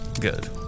good